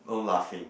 no laughing